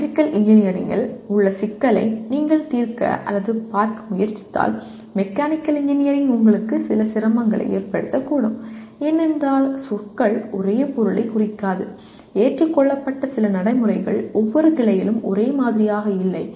electrical இன்ஜினியரிங்கில் உள்ள சிக்கலை நீங்கள் தீர்க்க அல்லது பார்க்க முயற்சித்தால் மெக்கானிக்கல் இன்ஜினியரிங் உங்களுக்கு சில சிரமங்களை ஏற்படுத்தக்கூடும் ஏனென்றால் சொற்கள் ஒரே பொருளைக் குறிக்காது ஏற்றுக்கொள்ளப்பட்ட சில நடைமுறைகள் ஒவ்வொரு கிளையிலும் ஒரே மாதிரியாக இல்லை